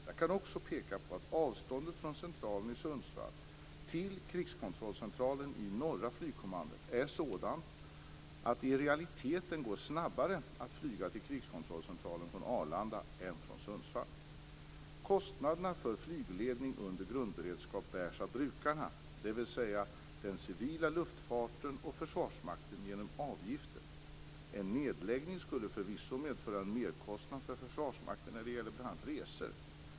Jag kan också peka på att avståndet från centralen i Sundsvall till krigskontrollcentralen i Norra flygkommandot är sådant att det i realiteten går snabbare att flyga till krigskontrollcentralen från Arlanda än från Sundsvall. Kostnaderna för flygledning under grundberedskap bärs av brukarna, dvs. den civila luftfarten och Försvarsmakten, genom avgifter. En nedläggning skulle förvisso medföra en merkostnad för Försvarsmakten när det gäller bl.a. resor.